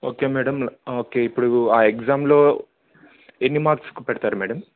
okay madam okay ఇప్పుడు ఆ ఎగ్జామ్లో ఎన్ని మార్క్స్కి పెడతారు మేడం